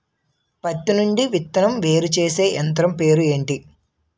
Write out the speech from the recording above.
పత్తి నుండి విత్తనం వేరుచేసే యంత్రం పేరు ఏంటి